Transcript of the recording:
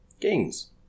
Gains